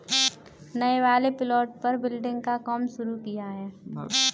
नए वाले प्लॉट पर बिल्डिंग का काम शुरू किया है